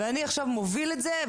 אני עכשיו מוביל את זה,